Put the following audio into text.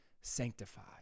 sanctified